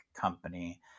company